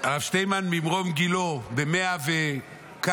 הרב שטינמן ממרום גילו, בן 100 וכמה,